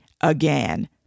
again